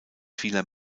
vieler